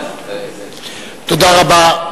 תודה רבה.